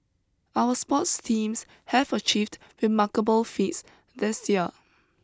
our sports teams have achieved remarkable feats this year